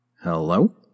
Hello